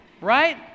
right